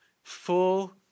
Full